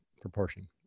proportion